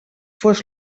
fos